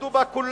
שילמדו בה כולם,